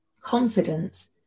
confidence